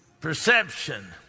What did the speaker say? perception